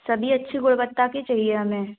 सभी अच्छी गुणवत्ता के चाहिए हमें